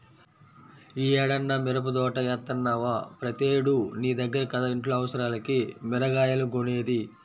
యీ ఏడన్నా మిరపదోట యేత్తన్నవా, ప్రతేడూ నీ దగ్గర కదా ఇంట్లో అవసరాలకి మిరగాయలు కొనేది